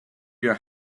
your